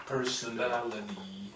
Personality